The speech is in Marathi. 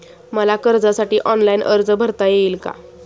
मला कर्जासाठी ऑनलाइन अर्ज भरता येईल का?